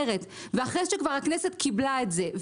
במיוחד אחרי שהכנסת כבר קיבלה את זה.